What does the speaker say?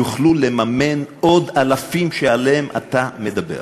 יוכלו לממן עוד אלפים שעליהם אתה מדבר.